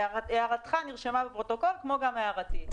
הערתך נרשמה בפרוטוקול כמו גם הערתי.